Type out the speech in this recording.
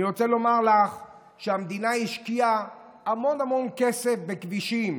אני רוצה לומר לך שהמדינה השקיעה המון המון כסף בכבישים.